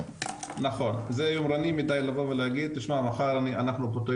זה יומרני מדי להגיד תשמע מחר אנחנו פותרים